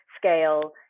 scale